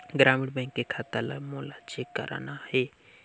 ग्रामीण बैंक के खाता ला मोला चेक करना हे?